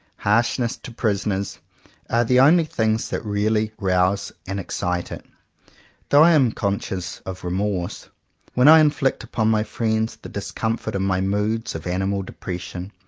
harshness to prisoners, are the only things that really rouse and excite it though i am conscious of remorse when i inflict upon my friends the discomfort of my moods of animal de pression,